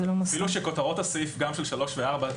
אפילו שכותרות הסעיף גם של 3 וגם של 4,